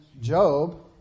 Job